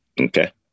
Okay